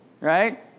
Right